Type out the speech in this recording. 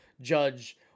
Judge –